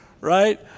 Right